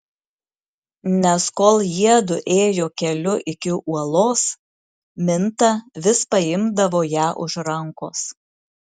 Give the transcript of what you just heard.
nes kol jiedu ėjo keliu iki uolos minta vis paimdavo ją už rankos